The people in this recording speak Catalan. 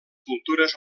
cultures